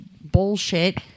bullshit